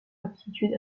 aptitude